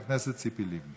חברת הכנסת ציפי לבני.